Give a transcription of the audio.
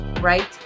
right